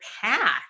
path